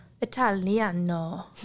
Italiano